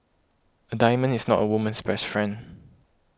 a diamond is not a woman's best friend